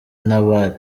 nabari